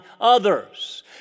others